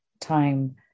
time